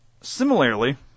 Similarly